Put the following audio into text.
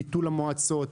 ביטול המועצות,